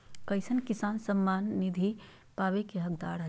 कईसन किसान किसान सम्मान निधि पावे के हकदार हय?